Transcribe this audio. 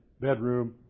bedroom